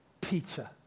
Peter